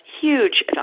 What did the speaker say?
huge